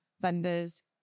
vendors